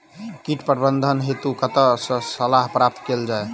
कीट प्रबंधन हेतु कतह सऽ सलाह प्राप्त कैल जाय?